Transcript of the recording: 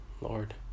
Lord